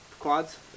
Quads